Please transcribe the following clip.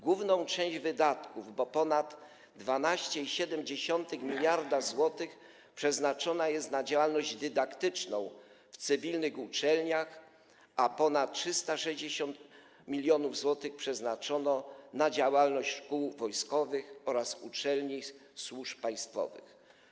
Główna część wydatków, bo ponad 12,7 mld zł, przeznaczona jest na działalność dydaktyczną w cywilnych uczelniach, a ponad 360 mln zł przeznaczono na działalność szkół wojskowych oraz uczelni służb państwowych.